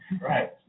Right